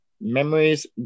Memories